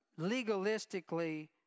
legalistically